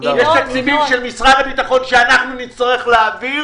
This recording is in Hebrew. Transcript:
אם יש דברים של משרד הביטחון שאנחנו נצטרך להעביר